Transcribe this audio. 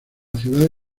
ciudad